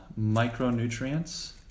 micronutrients